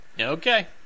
Okay